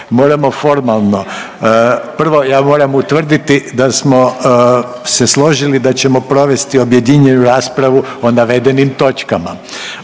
moramo formalno, prvo ja moram utvrditi da smo se složili da ćemo provesti objedinjenju raspravu o navedenim točkama.